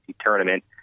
tournament